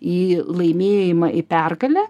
į laimėjimą į pergalę